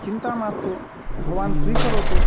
चिन्ता मास्तु भवान् स्वीकरोतु